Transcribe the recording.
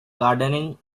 gardening